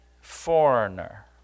foreigner